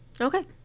okay